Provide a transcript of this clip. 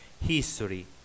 History